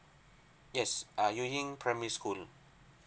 yes ah you ying primary school